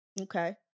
Okay